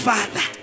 Father